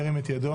ירים את ידו.